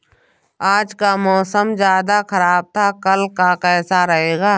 आज का मौसम ज्यादा ख़राब था कल का कैसा रहेगा?